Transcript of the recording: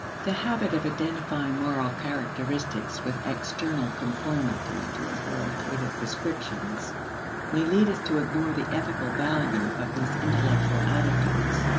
the habit of identifying moral characteristics with external conformity to authoritative prescriptions may lead us to ignore the ethical value of these intellectual attitudes,